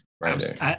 right